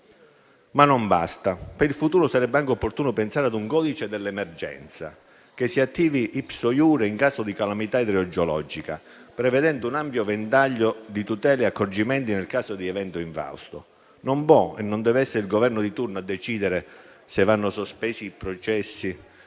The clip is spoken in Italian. non basta. Per il futuro sarebbe anche opportuno pensare a un codice dell'emergenza, che si attivi *ipso iure* in caso di calamità idrogeologica, prevedendo un ampio ventaglio di tutele e accorgimenti nel caso di evento infausto. Non può e non deve essere il Governo di turno a decidere se vanno sospesi i processi,